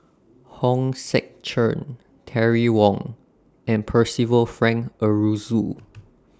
Hong Sek Chern Terry Wong and Percival Frank Aroozoo